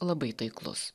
labai taiklus